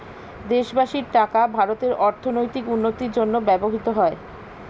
দেশবাসীর টাকা ভারতের অর্থনৈতিক উন্নতির জন্য ব্যবহৃত হয়